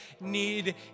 need